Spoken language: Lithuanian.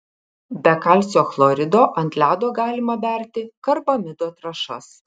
be kalcio chlorido ant ledo galima berti karbamido trąšas